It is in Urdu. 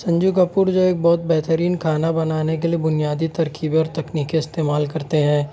سنجیو کپور جو ہے ایک بہت بہترین کھانا بنانے کے لیے بنیادی ترکیبیں اور تکنیکیں استعمال کرتے ہیں